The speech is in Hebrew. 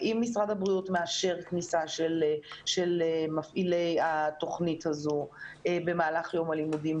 האם משרד החינוך מאשר כניסה של מפעילי התוכנית הזו במהלך יום הלימודים?